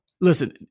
listen